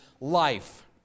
life